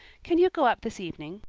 can you go up this evening?